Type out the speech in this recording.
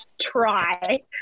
try